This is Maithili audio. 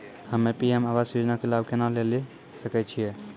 हम्मे पी.एम आवास योजना के लाभ केना लेली सकै छियै?